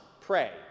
pray